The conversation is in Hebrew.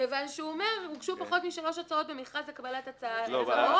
כיוון שהוא אומר: הוגשו פחות משלוש הצעות במכרז לקבלת הצעה --- (א),